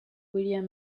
william